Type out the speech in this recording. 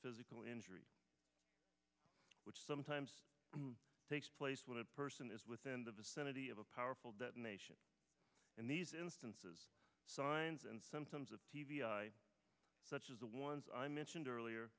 physical injury which sometimes takes place when a person is within the vicinity of a powerful detonation and these instances signs and symptoms such as the ones i mentioned earlier